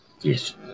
Yes